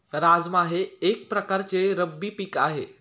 राजमा हे एक प्रकारचे रब्बी पीक आहे